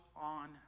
on